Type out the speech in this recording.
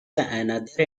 another